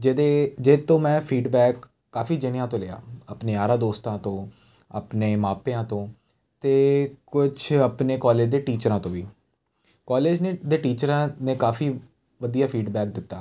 ਜਿਹਦੇ ਜਿਹ ਤੋਂ ਮੈਂ ਫੀਡਬੈਕ ਕਾਫੀ ਜਣਿਆਂ ਤੋਂ ਲਿਆ ਆਪਣੇ ਯਾਰਾਂ ਦੋਸਤਾਂ ਤੋਂ ਆਪਣੇ ਮਾਪਿਆਂ ਤੋਂ ਅਤੇ ਕੁਝ ਆਪਣੇ ਕੋਲਜ ਦੇ ਟੀਚਰਾਂ ਤੋਂ ਵੀ ਕੋਲਜ ਨੇ ਦੇ ਟੀਚਰਾਂ ਨੇ ਕਾਫੀ ਵਧੀਆ ਫੀਡਬੈਕ ਦਿੱਤਾ